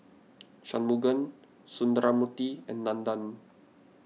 Shunmugam Sundramoorthy and Nandan